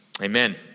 amen